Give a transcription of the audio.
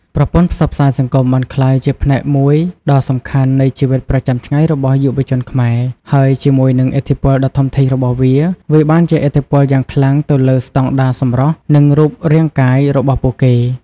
ប្រព័ន្ធផ្សព្វផ្សាយសង្គមបានក្លាយជាផ្នែកមួយដ៏សំខាន់នៃជីវិតប្រចាំថ្ងៃរបស់យុវជនខ្មែរ ហើយជាមួយនឹងឥទ្ធិពលដ៏ធំធេងរបស់វា វាបានជះឥទ្ធិពលយ៉ាងខ្លាំងទៅលើ ស្តង់ដារសម្រស់ និងរូបរាងកាយ របស់ពួកគេ។